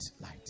light